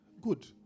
Good